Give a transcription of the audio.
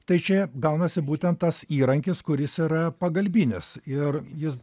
tai čia gaunasi būtent tas įrankis kuris yra pagalbinis ir jis